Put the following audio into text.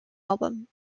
album